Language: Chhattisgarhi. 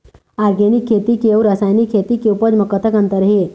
ऑर्गेनिक खेती के अउ रासायनिक खेती के उपज म कतक अंतर हे?